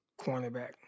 Cornerback